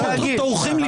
מאות-אלפי אזרחים,